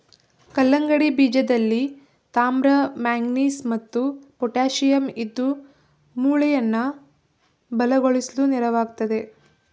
ಕಲ್ಲಂಗಡಿ ಬೀಜದಲ್ಲಿ ತಾಮ್ರ ಮ್ಯಾಂಗನೀಸ್ ಮತ್ತು ಪೊಟ್ಯಾಶಿಯಂ ಇದ್ದು ಮೂಳೆಯನ್ನ ಬಲಗೊಳಿಸ್ಲು ನೆರವಾಗ್ತದೆ